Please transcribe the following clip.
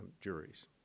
juries